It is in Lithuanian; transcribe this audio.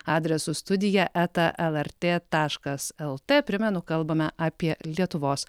adresu studija eta lrt taškas lt primenu kalbame apie lietuvos